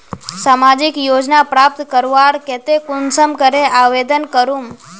सामाजिक योजना प्राप्त करवार केते कुंसम करे आवेदन करूम?